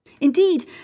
Indeed